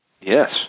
Yes